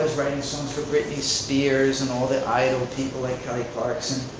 writing songs for britney spears and all the idol people like kelly clarkson.